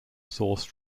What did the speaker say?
sourced